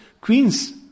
queens